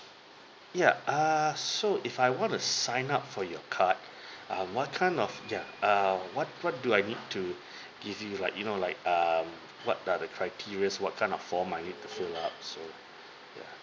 ya err so if I want to sign up for your card um what kind of yeah err what what do I need to give you like you know like err what are the criteria's what kind of form I need to fill up so ya